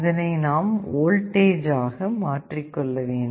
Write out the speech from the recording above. இதனை நாம் வோல்டேஜ் ஆக மாற்றிக்கொள்ள வேண்டும்